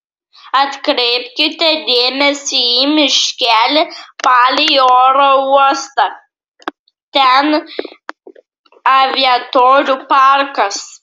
atkreipkite dėmesį į miškelį palei oro uostą ten aviatorių parkas